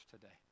today